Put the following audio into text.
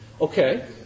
Okay